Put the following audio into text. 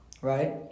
right